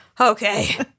Okay